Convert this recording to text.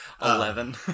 Eleven